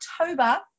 october